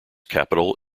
capital